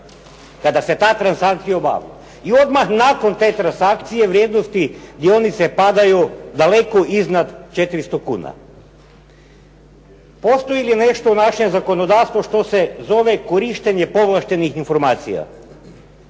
kada se ta transakcija obavlja. I odmah nakon te transakcije vrijednosti dionice padaju daleko iznad 400 kuna. Postoji li nešto u našem zakonodavstvu što se zove korištenje povlaštenih informacija?